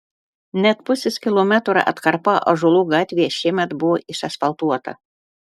net pusės kilometro atkarpa ąžuolų gatvėje šiemet buvo išasfaltuota